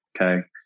okay